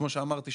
כמו שאמרתי,